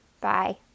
Bye